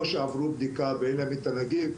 או שעברו בדיקה ואין להם את הנגיף,